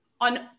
on